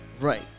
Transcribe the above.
Right